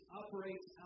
operates